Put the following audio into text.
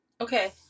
Okay